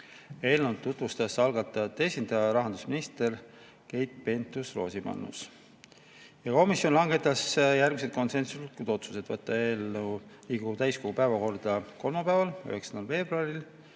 Eelnõu tutvustas algatajate esindaja, rahandusminister Keit Pentus-Rosimannus. Komisjon langetas järgmised konsensuslikud otsused: võtta eelnõu Riigikogu täiskogu päevakorda kolmapäeval, 9. veebruaril,